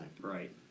right